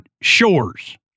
shores